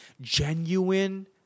Genuine